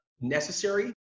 necessary